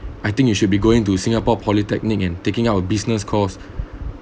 I think you should be going to singapore polytechnic and taking out a business course